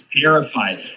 terrified